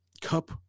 cup